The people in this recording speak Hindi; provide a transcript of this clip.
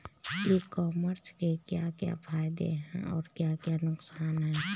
ई कॉमर्स के क्या क्या फायदे और क्या क्या नुकसान है?